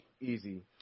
Easy